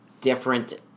different